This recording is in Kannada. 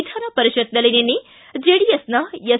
ವಿಧಾನಪರಿಷತ್ನಲ್ಲಿ ನಿನ್ನೆ ಜೆಡಿಎಸ್ನ ಎಸ್